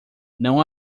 não